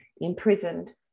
imprisoned